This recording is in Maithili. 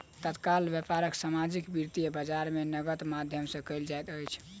तत्काल व्यापार सामाजिक वित्तीय बजार में नकदक माध्यम सॅ कयल जाइत अछि